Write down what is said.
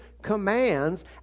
commands